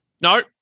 No